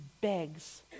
begs